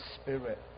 Spirit